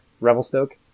revelstoke